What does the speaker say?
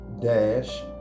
dash